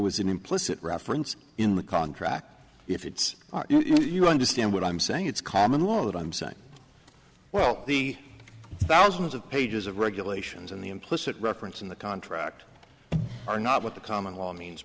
was an implicit reference in the contract if it's you understand what i'm saying it's common law that i'm saying well the thousands of pages of regulations and the implicit reference in the contract are not what the common law means